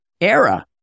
era